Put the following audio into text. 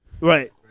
Right